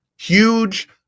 huge